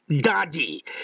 daddy